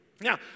Now